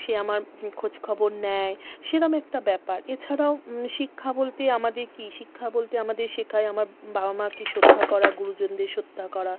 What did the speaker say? সে আমার খোঁজখবর নেয় সেরকম একটা ব্যাপার এছাড়াও শিক্ষা বলতে আমাদের কী শিক্ষা বলতে আমাদের শেখায় আমার বাবা মাকে শ্রদ্ধা করা গুরুজনদের শ্রদ্ধা করা